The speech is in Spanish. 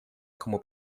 como